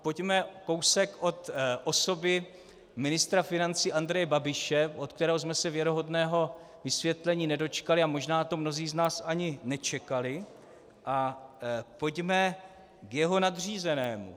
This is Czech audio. Pojďme kousek od osoby ministra financí Andreje Babiše, od kterého jsme se věrohodného vysvětlení nedočkali, a možná to mnozí z nás ani nečekali, a pojďme k jeho nadřízenému.